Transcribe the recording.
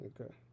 Okay